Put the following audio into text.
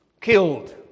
killed